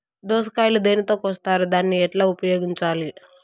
దోస కాయలు దేనితో కోస్తారు దాన్ని ఎట్లా ఉపయోగించాలి?